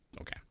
Okay